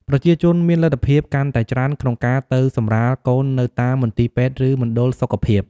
ប្រជាជនមានលទ្ធភាពកាន់តែច្រើនក្នុងការទៅសម្រាលកូននៅតាមមន្ទីរពេទ្យឬមណ្ឌលសុខភាព។